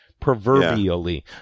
Proverbially